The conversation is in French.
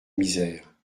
misère